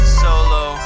solo